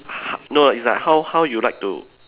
h~ no it's like how how you like to